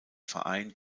verein